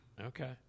Okay